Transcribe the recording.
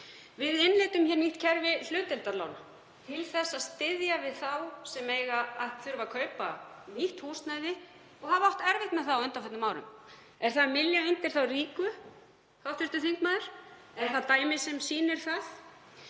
Við innleiddum hér nýtt kerfi hlutdeildarlána til að styðja við þá sem eiga að þurfa að kaupa nýtt húsnæði og hafa átt erfitt með það á undanförnum árum. Er það að mylja undir þá ríku, hv. þingmaður? Er það dæmi sem sýnir það?